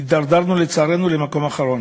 הידרדרנו, לצערנו, למקום אחרון.